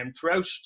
Throughout